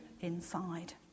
inside